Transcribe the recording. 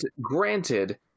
Granted